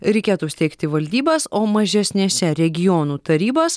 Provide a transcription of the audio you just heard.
reikėtų steigti valdybas o mažesnėse regionų tarybas